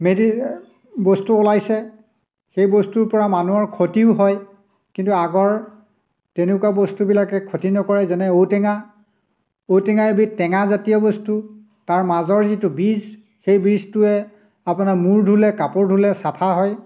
মেডি বস্তু ওলাইছে সেই বস্তুৰ পৰা মানুহৰ ক্ষতিও হয় কিন্তু আগৰ তেনেকুৱা বস্তুবিলাকে ক্ষতি নকৰে যেনে ঔটেঙা ঔটেঙা এবিধ টেঙা জাতীয় বস্তু তাৰ মাজৰ যিটো বীজ সেই বীজটোৱে আপোনাৰ মূৰ ধুলে কাপোৰ ধুলে চাফা হয়